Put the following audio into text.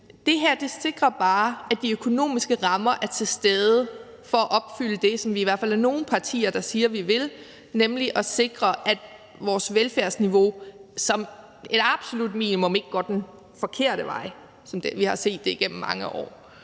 Det her sikrer bare, at de økonomiske rammer er til stede for at opfylde det, som vi i hvert fald er nogle partier der siger vi vil, nemlig at sikre, at vores velfærdsniveau som et absolut minimum ikke går den forkerte vej, som vi har set igennem mange år.